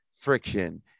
friction